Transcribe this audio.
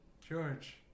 George